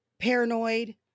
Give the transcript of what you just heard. paranoid